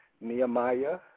Nehemiah